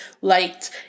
liked